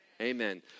Amen